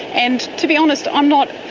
and to be honest i'm not